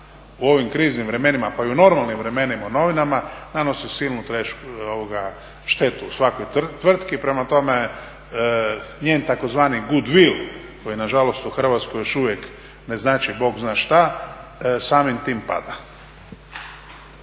u ovim kriznim vremenima pa i u normalnim vremenima u novinama nanosi silnu štetu svakoj tvrtki, prema tome njen tzv. good will koji je nažalost u Hrvatskoj još uvijek ne znači bog zna šta, samim tim pada.